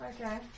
Okay